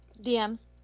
DMs